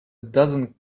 dozen